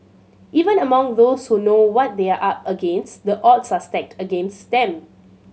even among those who know what they are up against the odds are stacked against them